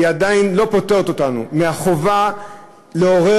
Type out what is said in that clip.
זה עדיין לא פוטר אותנו מהחובה לעורר